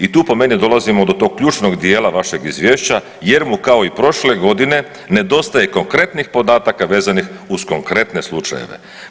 I tu po meni dolazimo do tog ključnog dijela vašeg izvješća, jer kao i prošle godine nedostaje konkretnih podataka vezanih uz konkretne slučajeve.